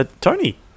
Tony